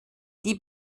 die